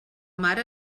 mare